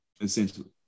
essentially